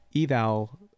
eval